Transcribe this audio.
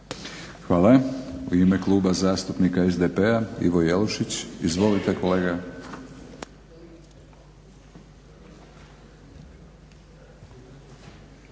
Hvala. U ime Kluba zastupnika SDP-a Ivo Jelušić. Izvolite kolega.